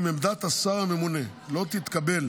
אם עמדת השר הממונה לא תתקבל